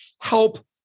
help